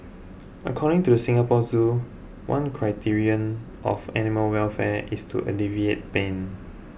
according to the Singapore Zoo one criterion of animal welfare is to alleviate pain